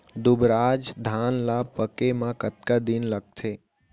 दुबराज धान ला पके मा कतका दिन लगथे?